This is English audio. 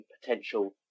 potential